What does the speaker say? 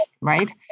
right